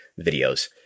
videos